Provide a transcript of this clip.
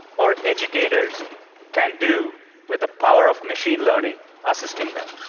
or educators can do with the power of machine learning assisting them.